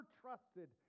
trusted